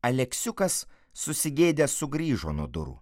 aleksiukas susigėdęs sugrįžo nuo durų